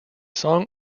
song